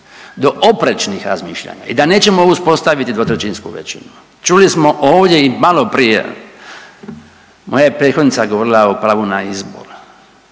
do oprečnih razmišljanja i da nećemo uspostaviti 2/3 većinu. Čuli smo ovdje i maloprije, moja je prethodnica govorila o pravu na izbor,